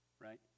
right